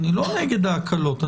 אני לא נגד ההקלות.